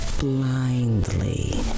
blindly